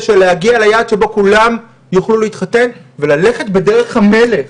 כדי להגיע ליעד שבו כולם יוכלו להתחתן וללכת בדרך המלך,